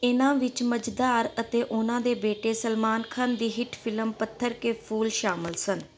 ਇਨ੍ਹਾਂ ਵਿੱਚ ਮਜ਼ਧਾਰ ਅਤੇ ਉਨ੍ਹਾਂ ਦੇ ਬੇਟੇ ਸਲਮਾਨ ਖਾਨ ਦੀ ਹਿੱਟ ਫਿਲਮ ਪੱਥਰ ਕੇ ਫੂਲ ਸ਼ਾਮਲ ਸਨ